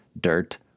dirt